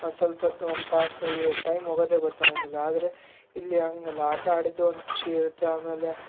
ಒಂದು ಸ್ವಲ್ಪೊತ್ತು ಒಂದು ತಾಸು ಎ ಟೈಮ್ ಹೋಗೋದೇ ಗೊತ್ತಾಗಂಗಿಲ್ಲ ಆದರೆ ಇಲ್ಲಿ ಹಂಗಲ್ಲ ಆಟ ಆಡಿದ್ದು ಒಂದು ಖುಷಿ ಇರತ್ತೆ ಆಮೇಲೆ